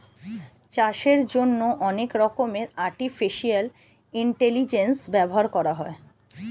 চাষের জন্যে অনেক রকমের আর্টিফিশিয়াল ইন্টেলিজেন্স ব্যবহার করা হয়